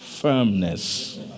Firmness